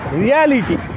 reality